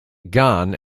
gan